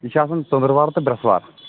یہِ چھُ آسان ژٔنٛدٕروار تہٕ برٛٮ۪سوار